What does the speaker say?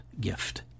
gift